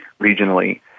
regionally